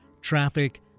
traffic